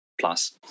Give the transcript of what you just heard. plus